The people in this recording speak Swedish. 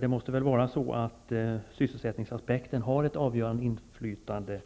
Det måste väl vara så, kommunikationsministern, att sysselsättningsaspekten har ett avgörande inflytande